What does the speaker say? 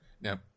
Now